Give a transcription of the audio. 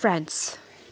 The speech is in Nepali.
फ्रान्स